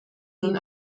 nun